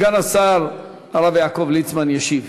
סגן השר הרב יעקב ליצמן ישיב.